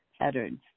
patterns